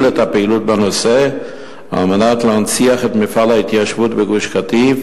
את הפעילות בנושא על מנת להנציח את מפעל ההתיישבות בגוש-קטיף,